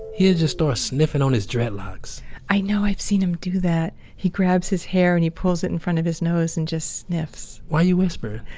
he'll just start sniffing on his dreadlocks i know. i've seen him do that. he grabs his hair and he pulls it in front of his nose and just sniffs why you whisperin'?